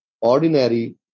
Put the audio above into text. ordinary